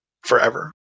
forever